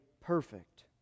perfect